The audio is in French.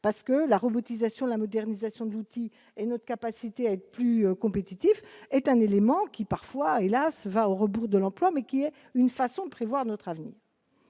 parce que la robotisation, la modernisation de l'outil et notre capacité à être plus compétitif est un élément qui, parfois, hélas, va au rebours de l'emploi, mais qui est une façon de prévoir notre avenir.